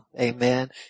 Amen